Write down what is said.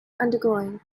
undergoing